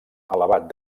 elevat